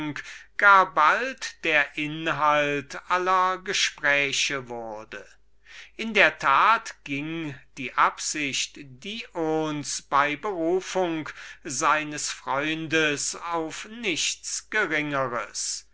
der inhalt aller gespräche wurde in der tat ging die absicht dions bei berufung seines freundes auf nichts geringers